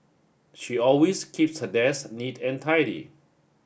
she always keeps her desk neat and tidy